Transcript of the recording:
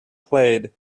played